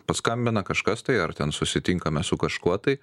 paskambino kažkas tai ar ten susitinkame su kažkuo tai